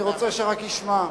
אני רוצה שרק ישמע.